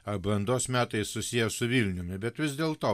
ar brandos metai susiję su vilniumi bet vis dėlto